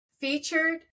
featured